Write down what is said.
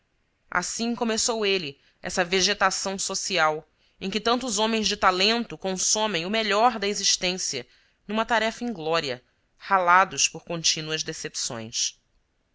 assim começou ele essa vegetação social em que tantos homens de talento consomem o melhor da existência numa tarefa inglória ralados por contínuas decepções